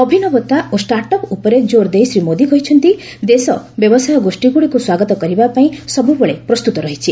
ଅଭିନବତା ଓ startup ଉପରେ ଜୋର ଦେଇ ଶ୍ରୀ ମୋଦୀ କହିଛନ୍ତି ଦେଶ ବ୍ୟବସାୟ ଗୋଷ୍ଠୀଗ୍ରଡିକ୍ ସ୍ୱାଗତ କରିବା ପାଇଁ ସବୁବେଳେ ପ୍ରସ୍ତୁତ ରହିଛି